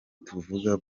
tuvuga